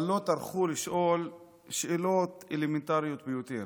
אבל לא טרחו לשאול שאלות אלמנטריות ביותר.